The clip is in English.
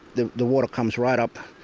the the water comes right up,